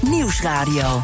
Nieuwsradio